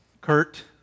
Kurt